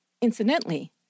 Incidentally